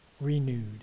Renewed